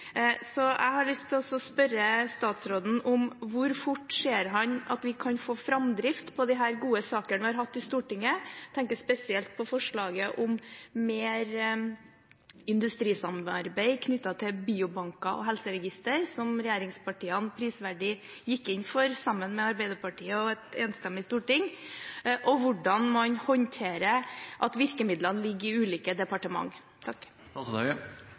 Jeg har lyst til å spørre statsråden: Hvor fort ser han at vi kan få framdrift i disse gode sakene vi har hatt i Stortinget? Jeg tenker spesielt på forslaget om mer industrisamarbeid knyttet til biobanker og helseregistre, som regjeringspartiene prisverdig gikk inn for sammen med Arbeiderpartiet og et enstemmig storting, og hvordan man håndterer at virkemidlene ligger i ulike